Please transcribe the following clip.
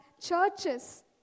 churches